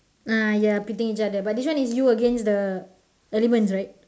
ah ya pitting each other but this one is you against the elements right